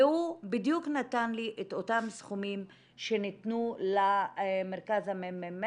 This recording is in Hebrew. והוא בדיוק נתן לי את אותם סכומים שניתנו למרכז המחקר והמידע